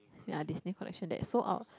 ya Disney collection that sold out